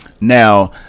Now